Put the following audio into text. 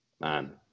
man